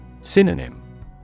Synonym